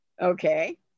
Okay